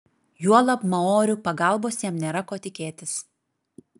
juolab maorių pagalbos jam nėra ko tikėtis